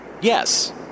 Yes